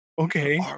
Okay